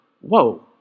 whoa